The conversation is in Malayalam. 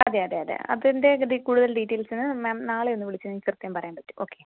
അതെ അതെ അതെ അതിന്റെ ഇതിൽ കൂടുതൽ ഡീറ്റൈൽസിന് മാം നാളെ ഒന്നു വിളിക്കുമോ ഞാൻ കൃത്യം പറയാൻ പറ്റും ഓക്കെ